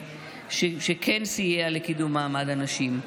שכן סייעה לקידום מעמד הנשים.